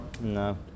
no